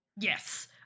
Yes